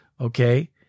okay